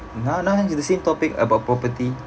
no no it's the same topic about property